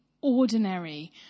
ordinary